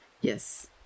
Yes